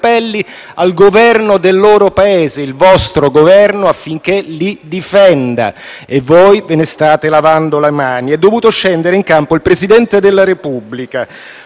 appelli al Governo del loro Paese - il vostro Governo - affinché li difenda e voi ve ne state lavando le mani. È dovuto scendere in campo il Presidente della Repubblica.